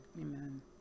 Amen